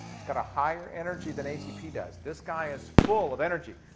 it's got a higher energy than atp does. this guy is full of energy.